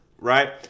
right